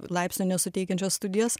laipsnio nesuteikiančias studijas